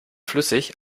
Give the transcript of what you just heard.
flüssig